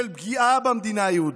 של פגיעה במדינה היהודית,